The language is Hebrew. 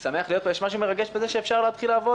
יש משהו מרגש בזה שאפשר להתחיל לעבוד